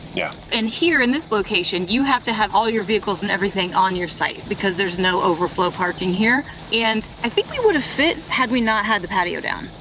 yeah. and here in this location, you have to have all your vehicles and everything on your site because there's no overflow parking here. and i think we would have fit, had we not had the patio down.